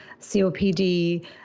COPD